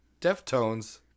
Deftones